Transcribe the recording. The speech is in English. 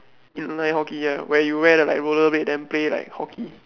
inline hockey ya where you wear like the roller blade then play like hockey